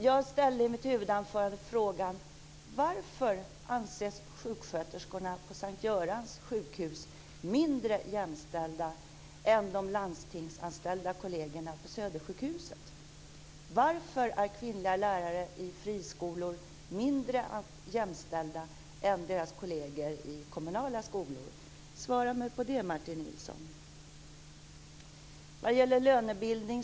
Jag ställde i mitt huvudanförande frågan om varför sjuksköterskorna på S:t Görans sjukhus anses vara mindre jämställda än de landstingsanställda kollegerna på Södersjukhuset. Varför är kvinnliga lärare i friskolor mindre jämställda än deras kolleger i kommunala skolor? Svara mig på de frågorna, Martin Sedan var det frågan om lönebildning.